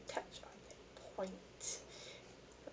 touch on that point